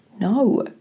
No